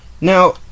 Now